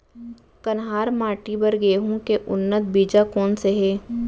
कन्हार माटी बर गेहूँ के उन्नत बीजा कोन से हे?